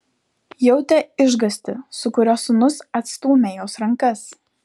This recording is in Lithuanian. jautė išgąstį su kuriuo sūnus atstūmė jos rankas